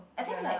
I think like